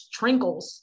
trinkles